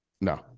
no